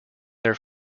their